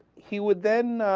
he would then ah.